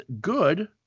good